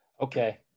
Okay